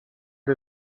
der